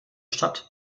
stadt